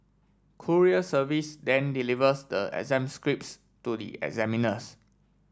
courier service then delivers the exam scripts to the examiners